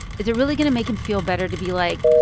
is it really going to make him feel better to be, like,